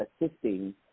assisting